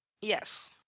Yes